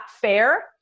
fair